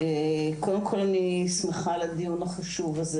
קודם כול, אני שמחה על הדיון החשוב הזה.